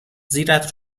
زیرت